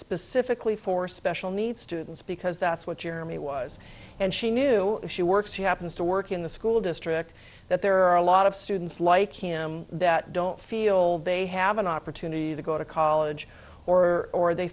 specifically for special needs students because that's what your me was and she knew she works he happens to work in the school district that there are a lot of students like him that don't feel they have an opportunity to go to college or or they